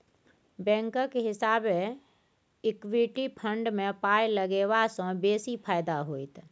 बैंकक हिसाबैं equity fund मे पाय लगेबासँ बेसी फायदा होइत